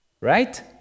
Right